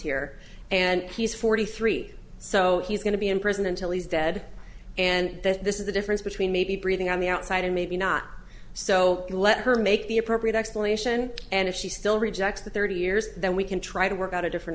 here and he's forty three so he's going to be in prison until he's dead and that this is the difference between maybe breathing on the outside and maybe not so let her make the appropriate explanation and if she still rejects the thirty years then we can try to work out a different